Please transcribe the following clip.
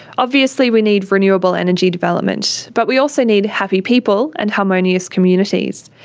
obviously, we need renewable energy development. but we also need happy people and harmonious communities.